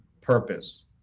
purpose